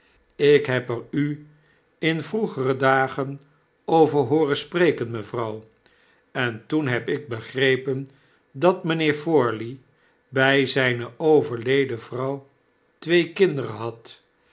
ik heb er u in vroegere dagen over hooren spreken mevrouw en toen heb ik begrepen dat mgnheer forley by zijne overleden vrouw twee kinderen had